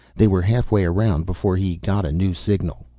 they were halfway around before he got a new signal.